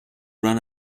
run